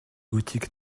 gothique